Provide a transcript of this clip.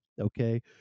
okay